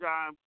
Time